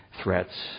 threats